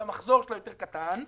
והמחזור שלה קטן יותר,